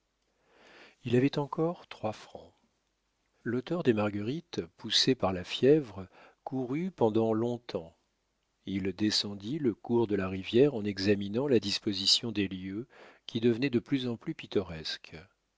il avait encore trois francs l'auteur des marguerites poussé par la fièvre courut pendant long-temps il descendit le cours de la rivière en examinant la disposition des lieux qui devenaient de plus en plus pittoresques